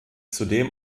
zudem